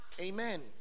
Amen